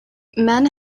men